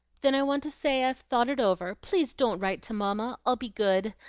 then i want to say, i've thought it over. please don't write to mamma. i'll be good.